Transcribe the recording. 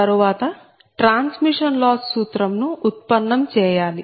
తరువాత transmission loss సూత్రం ను ఉత్పన్నం చేయాలి